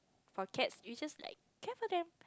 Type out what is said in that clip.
for cats you just like care for them